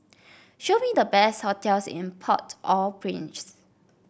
show me the best hotels in Port Au Prince